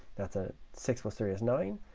that's ah six plus three is nine.